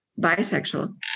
bisexual